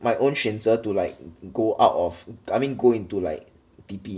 my own 选择 to like go out of I mean go into like T_P